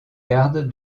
garde